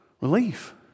relief